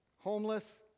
Homeless